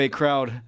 crowd